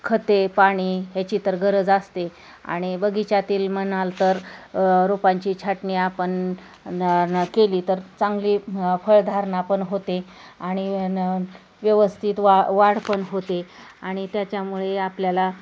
खते पाणी ह्याची तर गरज असते आणि बगीचातील म्हणाल तर रोपांची छटणी आपण न केली तर चांगली फळधारणा पण होते आणि न व्यवस्थित वा वाढ पण होते आणि त्याच्यामुळे आपल्याला